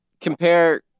compare